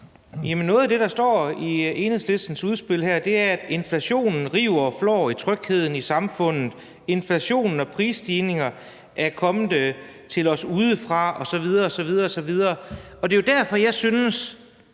noget af det, der står i Enhedslistens udspil her, er, at inflationen river og flår i trygheden i samfundet, og at inflationen og prisstigningerne er kommet til os udefra osv.